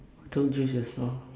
don't change your song